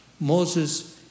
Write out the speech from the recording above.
Moses